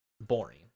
boring